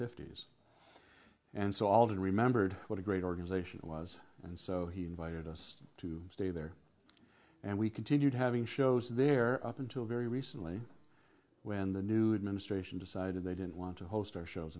fifty's and salt and remembered what a great organization it was and so he invited us to stay there and we continued having shows there up until very recently when the new administration decided they didn't want to host our shows